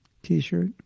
t-shirt